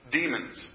demons